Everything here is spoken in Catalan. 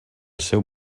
seu